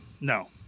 no